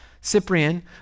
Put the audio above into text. Cyprian